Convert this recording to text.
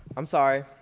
i'm sorry.